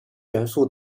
元素